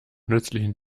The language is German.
nützlichen